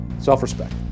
Self-respect